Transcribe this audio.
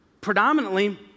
predominantly